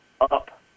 up